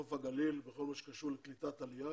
נוף הגליל בכל מה שקשור לקליטת העלייה,